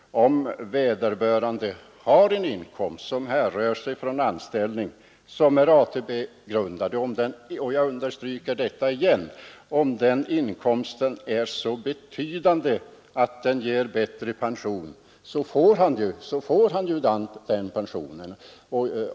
Om vederbörande har inkomst av anställning som är ATP-grundande och — jag understryker detta igen — den inkomsten är så betydande att den ger bättre pension, så får han ju den högre pensionen.